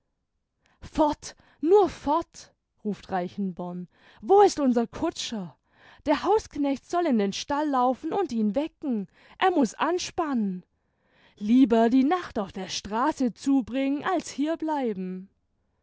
fort nur fort ruft reichenborn wo ist unser kutscher der hausknecht soll in den stall laufen und ihn wecken er muß anspannen lieber die nacht auf der straße zubringen als hier bleiben